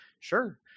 sure